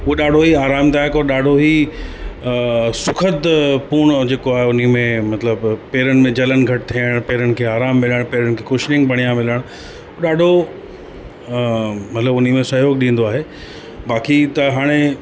उहो ॾाढो ई आरामदायक और ॾाढो ई सुखदपूर्ण जेको आहे उन्हीअ में मतलबु पेरनि में जलनि घटि थियण पेरनि खे आराम मिलण पेरनि खे कुशिंग बढ़िया मिलण ॾाढो मतलबु उन्हीअ में सहयोग ॾींदो आहे बाक़ी त हाणे